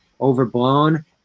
overblown